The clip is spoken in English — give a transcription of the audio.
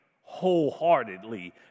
wholeheartedly